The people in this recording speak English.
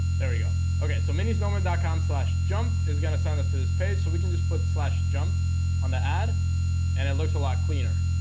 there we go okay so mini snowmen calm slash jump is gonna send us to this page so we can just put slash jump on the ad and it looks a lot cleaner